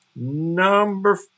number